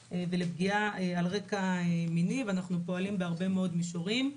ולפגיעה על רקע מיני ולשם כך אנחנו פועלים בהרבה מאוד מישורים.